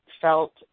felt